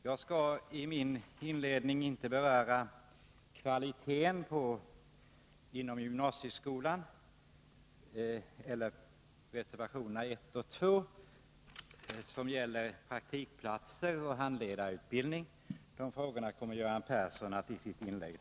Jag skall i min inledning inte beröra kvaliteten inom gymnasieskolan, eller reservationerna 1 och 2 som gäller praktikplatser och handledarutbildning. Dessa frågor kommer Göran Persson att ta upp i sitt inlägg.